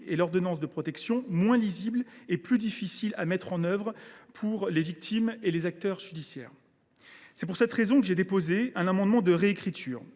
et l’ordonnance de protection, moins lisibles et plus difficiles à mettre en œuvre pour les victimes comme pour les acteurs judiciaires. C’est pour cette raison que j’ai déposé un amendement de réécriture.